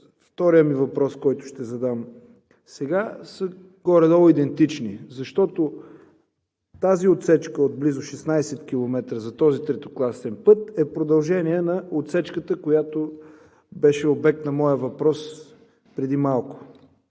втория ми въпрос, който ще задам сега, са горе-долу идентични, защото тази отсечка от близо 16 км за този третокласен път е продължение на отсечката, която беше обект на моя въпрос преди малко.